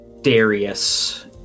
Darius